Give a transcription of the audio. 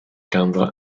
ganddo